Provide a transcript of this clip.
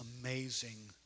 amazing